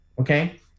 okay